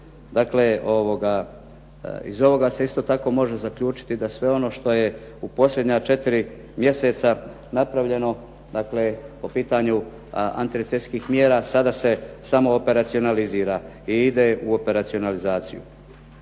Dakle iz ovoga se isto tako može zaključiti da sve ono što je u posljednja 4 mjeseca napravljeno, dakle po pitanju antirecesijskih mjera sada se samo operacionalizira i ide u operacionalizaciju.